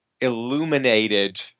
illuminated